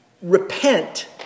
Repent